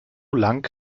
lang